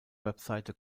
website